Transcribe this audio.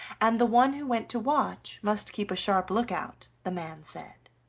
and the one who went to watch must keep a sharp look-out, the man said.